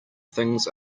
things